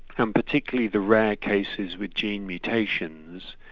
um particularly the rare cases with gene mutations,